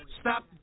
stop